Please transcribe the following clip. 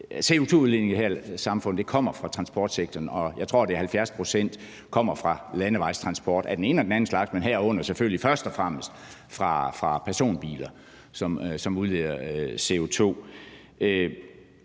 CO2-udledningen i samfundet kommer fra transportsektoren, og jeg tror, at 70 pct. af den kommer fra landevejstransporten af den ene og den anden slags, herunder selvfølgelig først og fremmest fra personbiler, som udleder CO2?